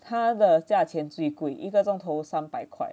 他的价钱最贵一个钟头三百块